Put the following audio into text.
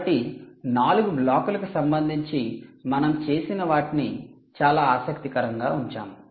కాబట్టి నాలుగు బ్లాక్లకు సంబంధించి మనం చేసిన వాటిని చాలా ఆసక్తికరంగా ఉంచాము